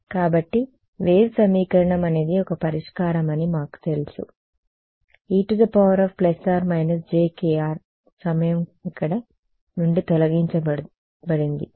కాబట్టి వేవ్ సమీకరణం అనేది ఒక పరిష్కారం అని మాకు తెలుసు e ±jkr సమయం ఇక్కడ నుండి తొలగించబడింది